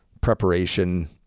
preparation